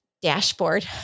dashboard